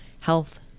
health